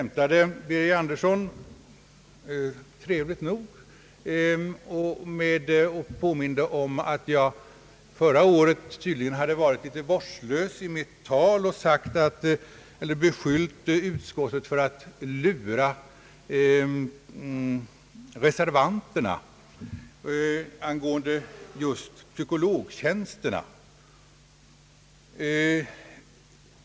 Herr Birger Andersson skämtade och påminde om att jag förra året tydligen hade varit litet vårdslös i mitt tal och beskyllt utskottet för att lura reservanterna angående psykologtjänsterna.